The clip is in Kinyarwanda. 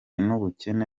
n’ubukene